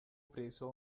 preso